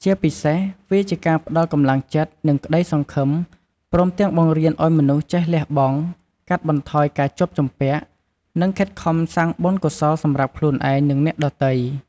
ជាពិសេស វាជាការផ្តល់កម្លាំងចិត្ត និងក្តីសង្ឃឹម ព្រមទាំងបង្រៀនឲ្យមនុស្សចេះលះបង់ កាត់បន្ថយការជាប់ជំពាក់ និងខិតខំកសាងបុណ្យកុសលសម្រាប់ខ្លួនឯង និងអ្នកដទៃ។